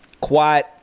quiet